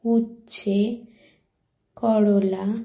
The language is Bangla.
উচ্ছে করলা